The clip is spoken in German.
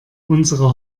unsere